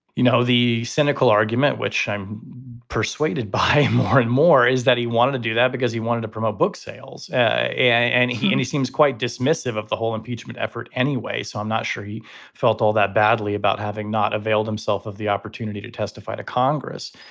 you know, the cynical argument which i'm persuaded by more and more, is that he wanted to do that because he wanted to promote book sales. yeah and he and he seems quite dismissive of the whole impeachment effort anyway. so i'm not sure he felt all that badly about having not availed himself of the opportunity to testify to congress.